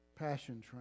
Passion